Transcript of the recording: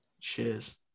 Cheers